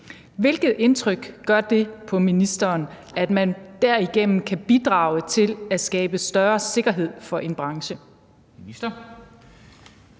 Hvilket indtryk gør det på ministeren, at man derigennem kan bidrage til at skabe større sikkerhed for en branche?